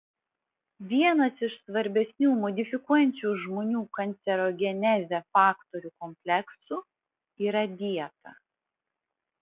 vienas iš svarbesnių modifikuojančių žmonių kancerogenezę faktorių kompleksų yra dieta